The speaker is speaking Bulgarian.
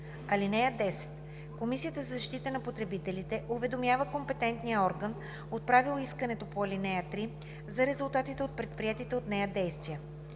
друго. (10) Комисията за защита на потребителите уведомява компетентния орган, отправил искането по ал. 3, за резултатите от предприетите от нея действия.